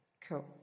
cool